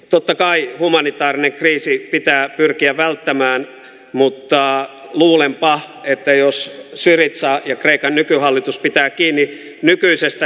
totta kai humanitaarinen kriisi pitää pyrkiä välttämään mutta luulenpa että jos se vitsaa ja kreikan nykyhallitus pitää kiinni nykyisestä